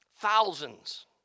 Thousands